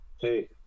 Hey